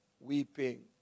weeping